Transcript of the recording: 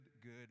good